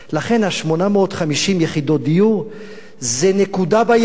לכן, 850 יחידות הדיור זה נקודה בים,